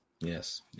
yes